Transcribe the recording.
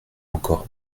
encore